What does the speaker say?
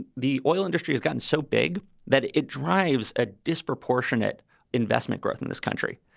the oil industry has gotten so big that it drives a disproportionate investment growth in this country.